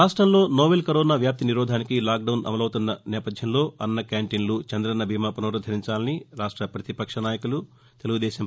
రాష్టంలో novel corona వ్యాప్తి నిరోధానికి లాక్డౌస్ అమలవుతున్న నేపథ్యంలో అన్న క్యాంటీన్లు చంద్రన్న బీమా పునరుద్దరించాలని రాష్ట ప్రతిపక్ష నాయకులు ఎన్